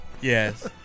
Yes